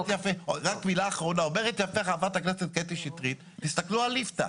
אומרת יפה ח"כ קטי שטרית 'תסתכלו על ליפתא.